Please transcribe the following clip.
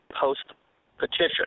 post-petition